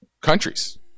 countries